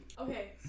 Okay